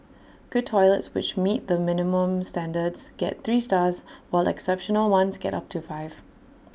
good toilets which meet the minimum standards get three stars while exceptional ones get up to five